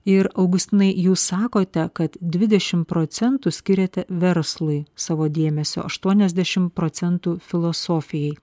ir augustinai jūs sakote kad dvidešim procentų skiriate verslui savo dėmesio aštuoniasdešim procentų filosofijai